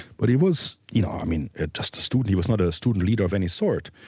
but he was, you know, i mean just a student, he was not a student leader of any sort.